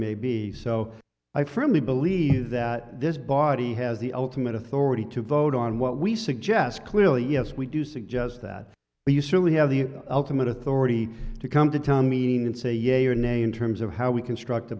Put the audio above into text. may be so i firmly believe that this body has the ultimate authority to vote on what we suggest clearly yes we do suggest that but you certainly have the ultimate authority to come to town meeting and say yea or nay in terms of how we construct a